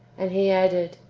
and he added,